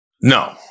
no